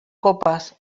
copas